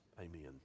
Amen